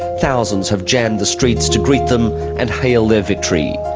thousands have jammed the streets to greet them and hail their victory.